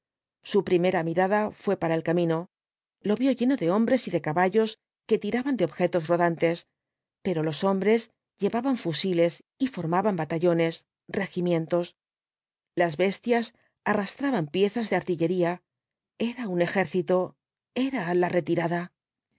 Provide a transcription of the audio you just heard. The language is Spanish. su primera mirada fué para el camino lo vio lleno de hombres y de caballos que tiraban de objetos rodantes pero los hombres llevaban fusiles y formaban batallones regimientos las bestias arrastraban piezas de artillería era un ejército era la retirada